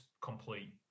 complete